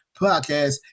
Podcast